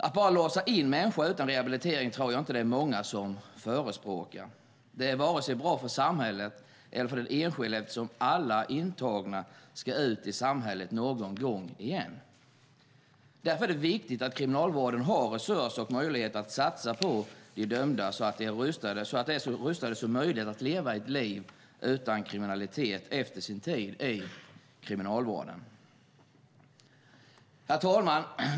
Att bara låsa in människor utan rehabilitering tror jag inte att det är många som förespråkar. Det är bra varken för samhället eller för den enskilde eftersom alla intagna ska ut i samhället någon gång igen. Därför är det viktigt att Kriminalvården har resurser och möjligheter att satsa på de dömda så att de är så rustade som möjligt att leva ett liv utan kriminalitet efter sin tid i Kriminalvården. Herr talman!